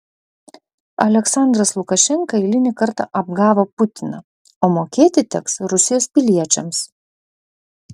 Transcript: aliaksandras lukašenka eilinį kartą apgavo putiną o mokėti teks rusijos piliečiams